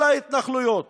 כל ההתנחלויות,